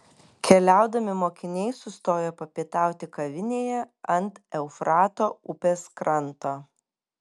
keliaudami mokiniai sustojo papietauti kavinėje ant eufrato upės kranto